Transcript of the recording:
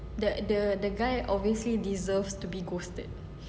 the the the guy obviously deserves to be ghosted